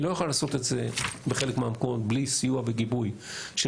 היא לא יכולה לעשות את זה בחלק מהמקומות בלי סיוע וגיבוי של